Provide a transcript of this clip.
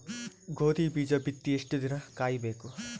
ಗೋಧಿ ಬೀಜ ಬಿತ್ತಿ ಎಷ್ಟು ದಿನ ಕಾಯಿಬೇಕು?